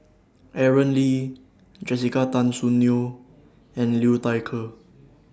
Aaron Lee Jessica Tan Soon Neo and Liu Thai Ker